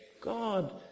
God